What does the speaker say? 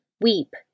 weep